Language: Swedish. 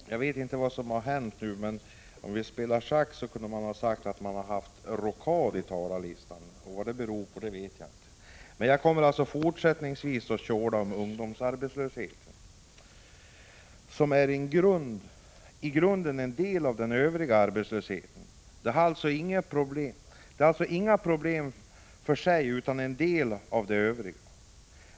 Herr talman! Jag vet inte vad som nu har hänt, men om vi hade spelat schack hade man kunnat säga att det har varit en rockad i talarlistan. Vad det beror på vet jag inte. Jag skall nu ta upp frågan om ungdomsarbetslösheten. Ungdomsarbetslösheten är i grunden en del av den övriga arbetslösheten. Den utgör alltså inget problem för sig utan är en del av den övriga arbetslösheten.